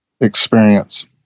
experience